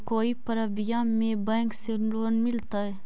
कोई परबिया में बैंक से लोन मिलतय?